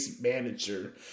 manager